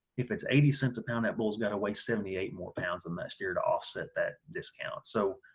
if it's eighty cents a pound, that bulls gotta weigh seventy eight more pounds than that ster to offset that discount. so,